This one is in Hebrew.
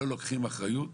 לוקחים אחריות,